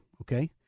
okay